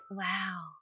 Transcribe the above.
Wow